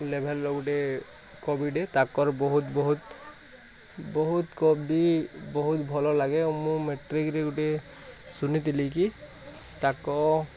level ର ଗୋଟେ କବିଟେ ତାଙ୍କର ବହୁତ ବହୁତ ବହୁତ କବି ବହୁତ ଭଲ ଲାଗେ ଆଉ ମୁଁ ମ୍ୟାଟ୍ରିକ୍ ରେ ଗୋଟେ ଶୁଣିଥିଲି କି ତାକ